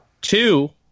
Two